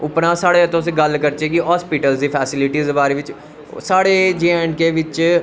अपने गल्ल करचै हस्पिटल दे फैस्लिटिस दे बारे बिच्च साढ़े जे ऐंड़ के बिच्च